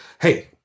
hey